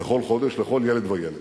לכל חודש לכל ילד וילד.